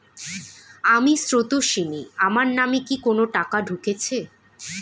আমি স্রোতস্বিনী, আমার নামে কি কোনো টাকা ঢুকেছে?